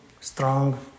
strong